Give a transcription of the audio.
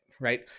right